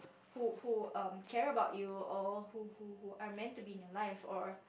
who who um care about or who who who are meant to be in your life or